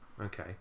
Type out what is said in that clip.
Okay